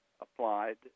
applied